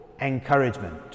encouragement